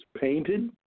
painted